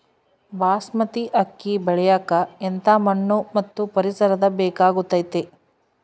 ಬಾಸ್ಮತಿ ಅಕ್ಕಿ ಬೆಳಿಯಕ ಎಂಥ ಮಣ್ಣು ಮತ್ತು ಪರಿಸರದ ಬೇಕಾಗುತೈತೆ?